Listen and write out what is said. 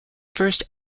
first